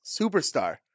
Superstar